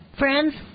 Friends